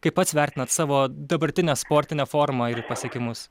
kaip pats vertinat savo dabartinę sportinę formą ir pasiekimus